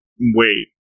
wait